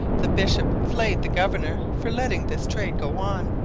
the bishop flayed the governor for letting this trade go on.